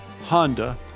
Honda